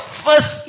first